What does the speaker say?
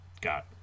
got